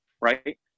Right